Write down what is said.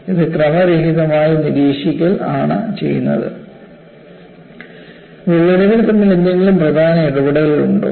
ഇത് ക്രമരഹിതമായി നിരീക്ഷിക്കൽ ആണ് ചെയ്യുന്നത് വിള്ളലുകൾ തമ്മിൽ എന്തെങ്കിലും പ്രധാന ഇടപെടൽ ഉണ്ടോ